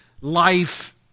life